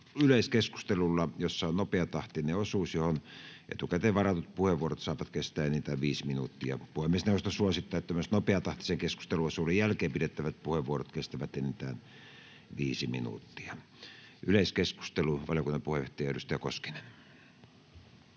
yleiskeskustelulla, jossa on nopeatahtinen osuus, jolloin etukäteen varatut puheenvuorot saavat kestää enintään viisi minuuttia. Puhemiesneuvosto suosittaa, että myös nopeatahtisen keskusteluosuuden jälkeen pidettävät puheenvuorot kestävät enintään viisi minuuttia. — Yleiskeskustelu, valiokunnan puheenjohtaja, edustaja Koskinen.